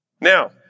Now